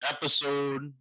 Episode